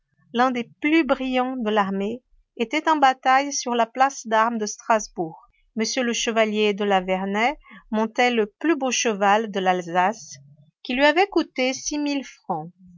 l'un des plus brillants de l'armée était en bataille sur la place d'armes de strasbourg m le chevalier de la vernaye montait le plus beau cheval de l'alsace qui lui avait coûté six mille francs